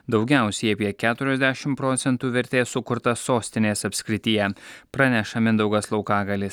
daugiausiai apie keturiasdešim procentų vertės sukurta sostinės apskrityje praneša mindaugas laukagalis